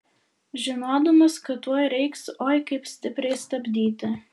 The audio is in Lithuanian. žinodamas kad tuoj reiks oi kaip stipriai stabdyti